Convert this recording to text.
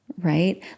Right